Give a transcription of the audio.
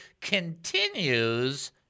continues